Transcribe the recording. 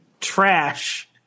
trash